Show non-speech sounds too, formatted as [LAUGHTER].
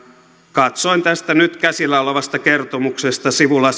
katsoin tästä nyt käsillä olevasta kertomuksesta sivulla [UNINTELLIGIBLE]